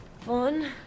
Fun